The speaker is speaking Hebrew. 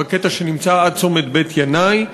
בקטע עד צומת בית-ינאי.